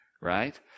right